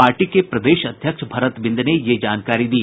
party के प्रदेश अध्यक्ष भरत बिंद ने यह जानकारी दी